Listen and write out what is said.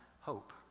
hope